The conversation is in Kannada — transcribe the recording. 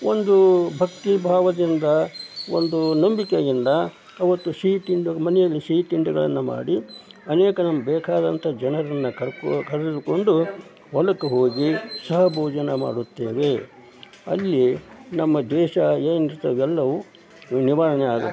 ಒಂದು ಭಕ್ತಿ ಭಾವದಿಂದ ಒಂದು ನಂಬಿಕೆಯಿಂದ ಆವತ್ತು ಸಿಹಿ ತಿಂದು ಮನೆಯಲ್ಲಿ ಸಿಹಿ ತಿಂಡಿಗಳನ್ನು ಮಾಡಿ ಅನೇಕ ನಮ್ಮ ಬೇಕಾದಂಥ ಜನಗಳನ್ನ ಕರ್ಕೋ ಕರೆದುಕೊಂಡು ಹೊಲಕ್ಕೆ ಹೋಗಿ ಸಹಭೋಜನ ಮಾಡುತ್ತೇವೆ ಅಲ್ಲಿ ನಮ್ಮ ದೇಶ ಏನಿರ್ತದೆ ಎಲ್ಲವೂ ನಿವಾರಣೆ ಆಗುತ್ತೆ